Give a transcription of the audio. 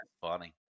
funny